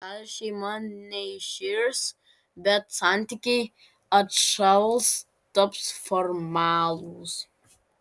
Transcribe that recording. gal šeima neiširs bet santykiai atšals taps formalūs